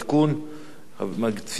המציע, חבר הכנסת יעקב כץ,